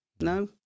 No